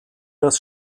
das